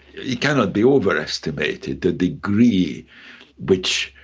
it cannot be overestimated, the degree which,